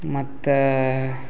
ಮತ್ತು